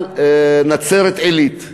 על נצרת-עילית.